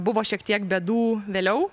buvo šiek tiek bėdų vėliau